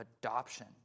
adoption